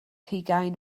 hugain